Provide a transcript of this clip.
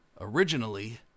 originally